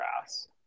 grass